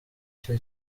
cyo